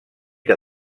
que